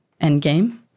Endgame